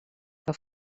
que